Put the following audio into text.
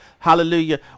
hallelujah